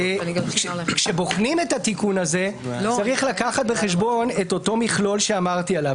כשבוחנים את התיקון הזה צריך לקחת בחשבון את המכלול שציינתי.